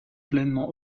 pleinement